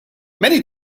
many